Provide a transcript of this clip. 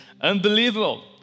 unbelievable